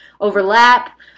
overlap